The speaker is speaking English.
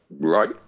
right